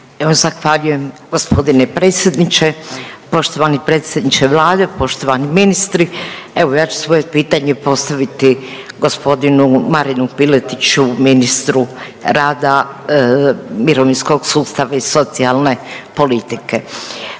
zahvaljujem gospodine predsjedniče. Poštovani predsjedniče Vlade, poštovani ministri, evo ja ću svoje pitanje postaviti gospodinu Marinu Piletiću ministru rada, mirovinskog sustava i socijalne politike.